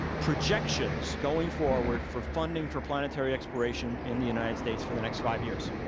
projections going forward for funding for planetary exploration in the united states for the next five years.